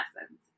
lessons